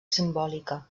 simbòlica